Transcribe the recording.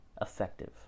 effective